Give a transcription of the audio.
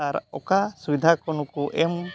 ᱟᱨ ᱚᱠᱟ ᱥᱩᱵᱤᱫᱷᱟᱠᱚ ᱱᱩᱠᱩ ᱮᱢ